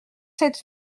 sept